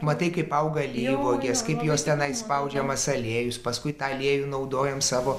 matai kaip auga alyvuogės kaip jos tenai spaudžiamas aliejus paskui tą aliejų naudojam savo